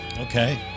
Okay